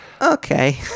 okay